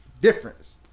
difference